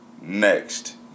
Next